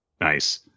Nice